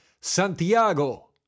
santiago